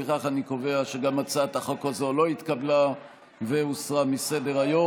לפיכך אני קובע שגם הצעת החוק הזו לא התקבלה והוסרה מסדר-היום.